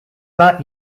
that